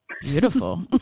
beautiful